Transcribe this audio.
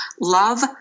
love